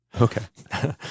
Okay